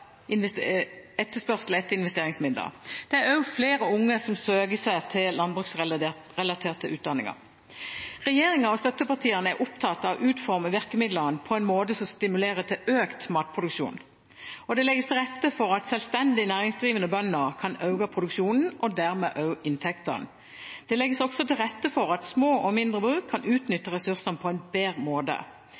etterspørsel etter investeringsmidler. Det er også flere unge som søker seg til landbruksrelaterte utdanninger. Regjeringen og støttepartiene er opptatt av å utforme virkemidlene på en måte som stimulerer til økt matproduksjon. Det legges til rette for at selvstendig næringsdrivende bønder kan øke produksjonen og dermed også inntektene. Det legges også til rette for at små og mindre bruk kan utnytte ressursene på en bedre måte.